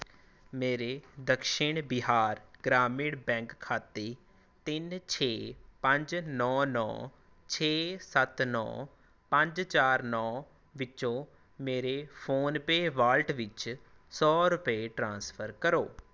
ਮੇਰੇ ਦਕਸ਼ਿਨ ਬਿਹਾਰ ਗ੍ਰਾਮੀਣ ਬੈਂਕ ਖਾਤੇ ਤਿੰਨ ਛੇ ਪੰਜ ਨੌਂ ਨੌਂ ਛੇ ਸੱਤ ਨੌਂ ਪੰਜ ਚਾਰ ਨੌਂ ਵਿੱਚੋਂ ਮੇਰੇ ਫ਼ੋਨਪੇ ਵਾਲਟ ਵਿੱਚ ਸੌ ਰੁਪਏ ਟ੍ਰਾਂਸਫਰ ਕਰੋ